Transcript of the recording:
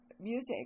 music